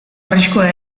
arriskua